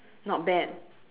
not bad